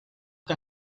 que